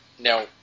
Now